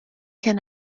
can